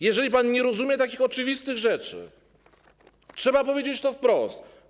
Jeżeli pan nie rozumie takich oczywistych rzeczy, to trzeba powiedzieć to wprost.